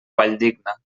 valldigna